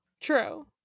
True